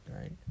right